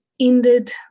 Ended